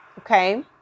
Okay